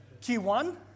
Q1